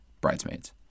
Bridesmaids